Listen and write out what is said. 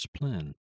plan